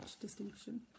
distinction